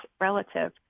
relative